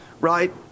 right